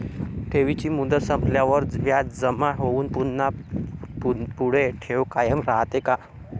ठेवीची मुदत संपल्यावर व्याज जमा होऊन पुन्हा पुढे ठेव कायम राहते का?